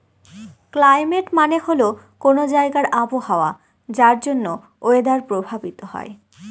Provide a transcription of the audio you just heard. climate মানে হল কোনো জায়গার আবহাওয়া যার জন্য ওয়েদার প্রভাবিত হয়